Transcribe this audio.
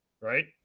right